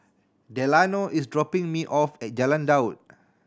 Delano is dropping me off at Jalan Daud